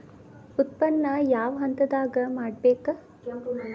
ಉತ್ಪನ್ನ ಯಾವ ಹಂತದಾಗ ಮಾಡ್ಬೇಕ್?